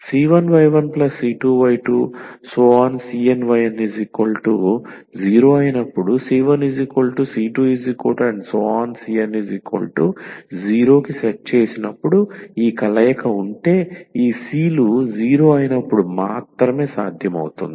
c1y1c2y2⋯cnyn0⇒c1c2⋯cn0 0 కి సెట్ చేసినప్పుడు ఈ కలయిక ఉంటే ఈ c లు 0 అయినప్పుడు మాత్రమే సాధ్యమవుతుంది